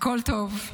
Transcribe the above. הכול טוב'.